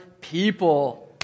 people